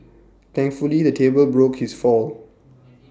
thankfully the table broke his fall